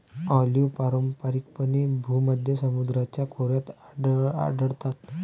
olive पारंपारिकपणे भूमध्य समुद्राच्या खोऱ्यात आढळतात